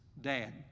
Dad